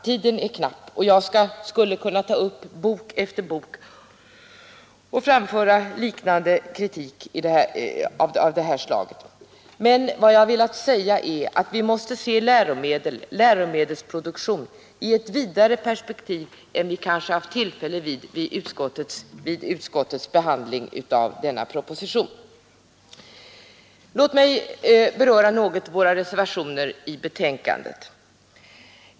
Tiden är knapp och jag skulle kunna ta upp bok efter bok och framföra kritik av det här slaget, men vad jag har velat säga är att vi måste se läromedelsproduktionen i ett vidare perspektiv än vi haft tillfälle till vid utskottsbehandlingen av denna proposition. Låt mig något beröra våra reservationer i betänkandet.